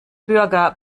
bürger